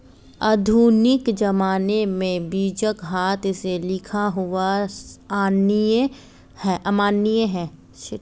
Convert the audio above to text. आधुनिक ज़माने में बीजक हाथ से लिखा हुआ अमान्य है